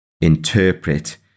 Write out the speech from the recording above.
interpret